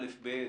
כיתות א'-ד'